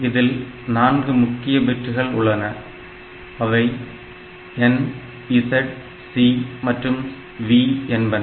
இதில் 4 முக்கிய பிட்கள் உள்ளன அவை N Z C மற்றும் V என்பன